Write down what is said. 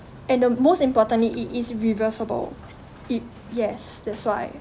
and the most importantly it is reversible it yes that's why